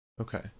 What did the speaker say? okay